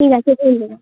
ঠিক আছে ধন্যবাদ